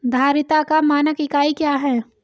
धारिता का मानक इकाई क्या है?